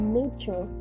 nature